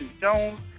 Jones